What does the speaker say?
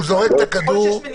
הוא זורק את הכדור